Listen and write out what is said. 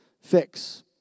fix